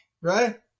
right